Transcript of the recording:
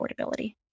affordability